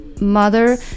mother